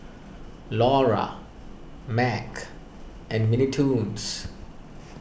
Iora Mac and Mini Toons